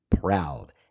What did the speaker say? proud